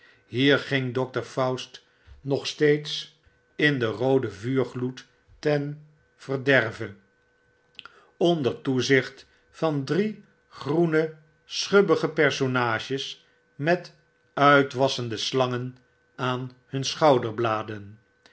hier ging dr faust nog steeds in den rooden vuurgloed ten verderve onder toezicht van drie groene schubbige personages met uitwassende slangen aan hun